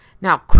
Now